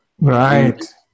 right